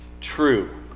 true